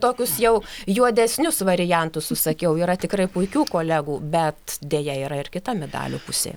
tokius jau juodesnius variantus užsakiau yra tikrai puikių kolegų bet deja yra ir kita medalio pusė